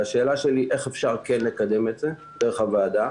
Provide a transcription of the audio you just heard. השאלה שלי היא איך אפשר כן לקדם את זה דרך הוועדה?